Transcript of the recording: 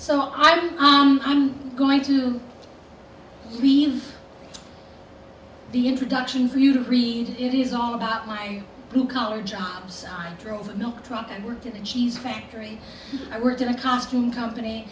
so i'm going to leave the introduction for you to read it is all about my blue collar jobs i drove a milk truck and worked in a cheese factory i worked in a costume company